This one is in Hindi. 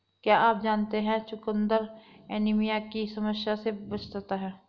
क्या आप जानते है चुकंदर एनीमिया की समस्या से बचाता है?